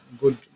good